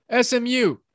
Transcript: SMU